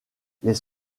les